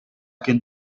can